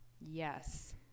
Yes